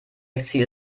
exil